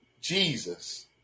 Jesus